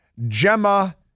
Gemma